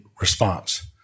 response